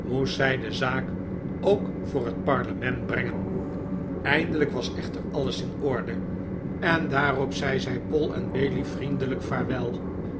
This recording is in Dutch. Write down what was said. zij de zaak ook voor het parlement brengen eindelijk was echter alles in orde en daarop zei zij poll en bailey vriendelijk vaarwel